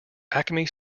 acme